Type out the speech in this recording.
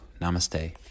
Namaste